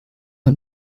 man